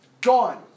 Gone